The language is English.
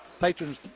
patrons